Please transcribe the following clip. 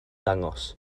dangos